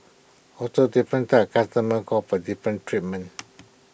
also different types customers call for different treatments